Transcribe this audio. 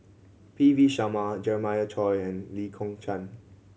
P V Sharma Jeremiah Choy and Lee Kong Chian